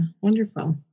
Wonderful